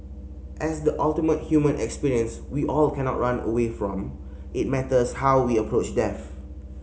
as the ultimate human experience we all cannot run away from it matters how we approach death